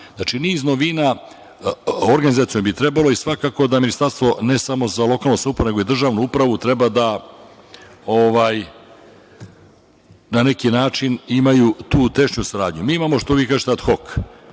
Znači, niz organizacionih novina bi trebalo i svakako da Ministarstvo ne samo za lokalnu samoupravu nego i državnu upravu treba da na neki način imaju tu tešnju saradnju. Mi imamo, što vi kažete, ad hok.